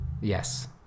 Yes